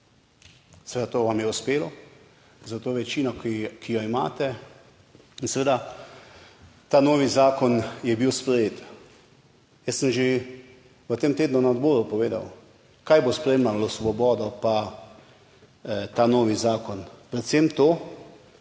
Seveda, to vam je uspelo s to večino, ki jo imate in seveda ta novi zakon je bil sprejet. Jaz sem že v tem tednu na odboru povedal kaj bo spremljalo svobodo pa ta novi zakon, predvsem to